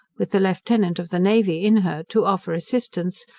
with a lieutenant of the navy in her, to offer assistance,